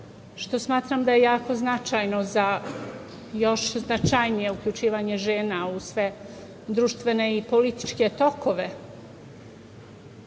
što smatram da je jako značajno za još značajnije uključivanje žena u društvene i političke tokove.